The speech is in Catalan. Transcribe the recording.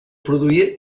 produir